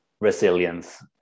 resilience